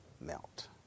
melt